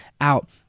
out